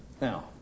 Now